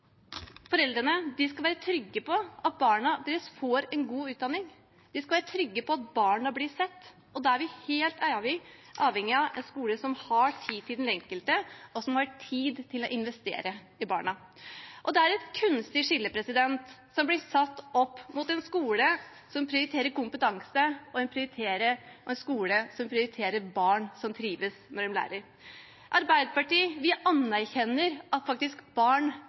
Foreldrene skal være trygge på at barna deres får en god utdanning. De skal være trygge på at barna blir sett, og da er vi helt avhengig av en skole som har tid til den enkelte, og som har tid til å investere i barna. Det er et kunstig skille som blir satt opp mellom en skole som prioriterer kompetanse, og en skole som prioriterer barn som trives når en lærer. Vi i Arbeiderpartiet anerkjenner at barn faktisk